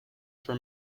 for